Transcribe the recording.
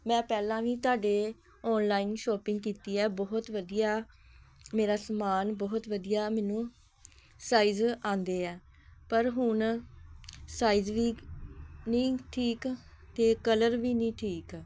ਮੈਂ ਪਹਿਲਾਂ ਵੀ ਤੁਹਾਡੇ ਓਨਲਾਈਨ ਸ਼ੋਪਿੰਗ ਕੀਤੀ ਹੈ ਬਹੁਤ ਵਧੀਆ ਮੇਰਾ ਸਮਾਨ ਬਹੁਤ ਵਧੀਆ ਮੈਨੂੰ ਸਾਈਜ਼ ਆਉਂਦੇ ਆ ਪਰ ਹੁਣ ਸਾਈਜ਼ ਵੀ ਨਹੀਂ ਠੀਕ ਅਤੇ ਕਲਰ ਵੀ ਨਹੀਂ ਠੀਕ